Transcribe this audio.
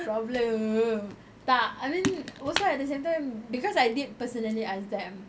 problem tak I mean also at the same time beacause I did personally ask them